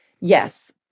Yes